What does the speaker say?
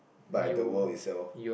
by the world itself